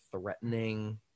Threatening